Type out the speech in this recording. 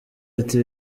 ati